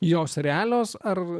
jos realios ar